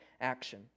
action